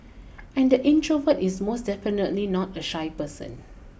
and the introvert is most definitely not a shy person